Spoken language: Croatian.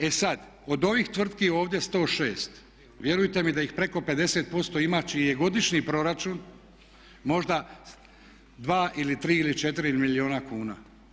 E sada, od ovih tvrtki ovdje 106, vjerujte mi da ih preko 50% ima čiji je godišnji proračun možda 2 ili 3 ili 4 milijuna kuna.